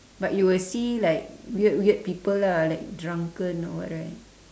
but you will see like weird weird people lah like drunken or what right